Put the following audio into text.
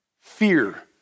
fear